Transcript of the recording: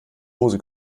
hose